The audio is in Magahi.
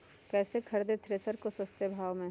कैसे खरीदे थ्रेसर को सस्ते भाव में?